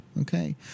Okay